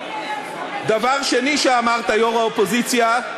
דבר שני שאמרת, יושב-ראש האופוזיציה: